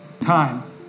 time